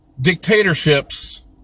dictatorships